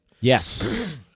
Yes